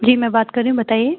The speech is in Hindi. जी मैं बात कर रही हूँ बताइए